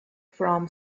from